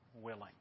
willing